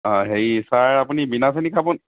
অঁ হেৰি ছাৰ আপুনি বিনা চেনী খাব